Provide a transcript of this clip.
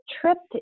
tripped